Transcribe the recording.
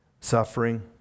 suffering